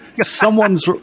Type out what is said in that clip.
someone's